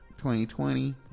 2020